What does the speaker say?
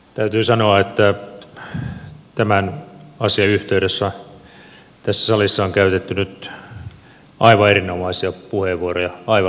täytyy sanoa että tämän asian yhteydessä tässä salissa on käytetty nyt aivan erinomaisia puheenvuoroja aivan loistavia puheenvuoroja